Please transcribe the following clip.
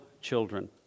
children